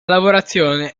lavorazione